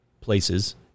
places